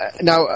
Now